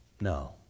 No